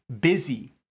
busy